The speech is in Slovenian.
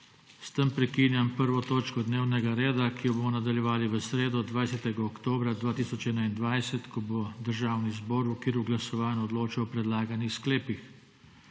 S tem prekinjam 1. točko dnevnega reda, ki jo bomo nadaljevali v sredo, 20. oktobra 2021, ko bo Državni zbor v okviru glasovanj odločal o predlaganih sklepih.